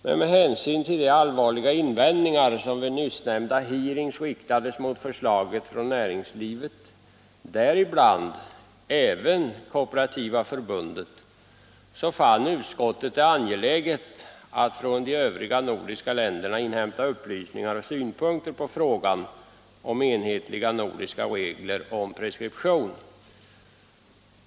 Med hänsyn till de allvarliga invändningar som vid nyssnämnda hearing riktades mot förslaget från näringslivet, däribland även från Kooperativa förbundet, fann utskottet det angeläget att från de övriga nordiska länderna inhämta upplysningar och synpunkter på frågan om enhetliga nordiska regler om preskription.